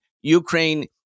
Ukraine